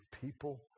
people